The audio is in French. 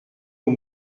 aux